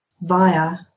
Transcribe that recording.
via